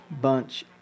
Bunch